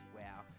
wow